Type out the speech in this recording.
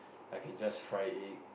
I can just fry egg